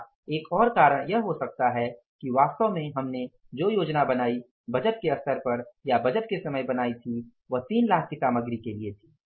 या एक और कारण यह हो सकता है कि वास्तव में हमने जो योजना बनाई बजट के स्तर पर या बजट के समय बनायीं थी वह 3 लाख की सामग्री के लिए थी